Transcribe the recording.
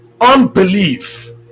unbelief